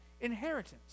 inheritance